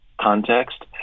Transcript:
context